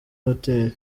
hoteli